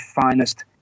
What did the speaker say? finest